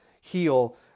heal